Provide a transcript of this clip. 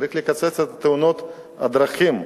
צריך לקצץ את תאונות הדרכים.